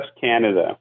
Canada